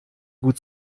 gut